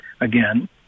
again